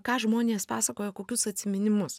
ką žmonės pasakojo kokius atsiminimus